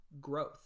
growth